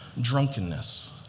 drunkenness